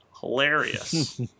hilarious